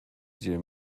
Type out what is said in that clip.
gdzie